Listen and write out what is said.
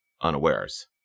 unawares